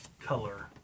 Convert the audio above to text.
color